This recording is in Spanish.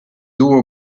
hubo